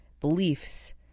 beliefs